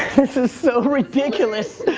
this is so ridiculous.